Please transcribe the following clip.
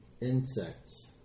insects